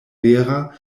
vera